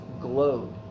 glowed